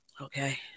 Okay